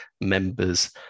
members